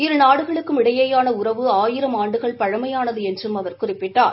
இரு நாடுகளுக்கும் இடையேயான உறவு ஆயிரம் ஆண்டுகள் பழமையானது என்று அவர் குறிப்பிட்டார்